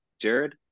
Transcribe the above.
Jared